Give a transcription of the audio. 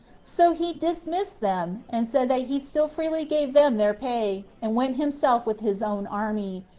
so he dismissed them, and said that he still freely gave them their pay, and went himself with his own army,